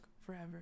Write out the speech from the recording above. forever